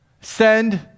send